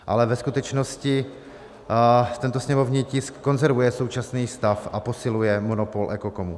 Ale ve skutečnosti tento sněmovní tisk konzervuje současný stav a posiluje monopol EKOKOMu.